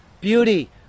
Beauty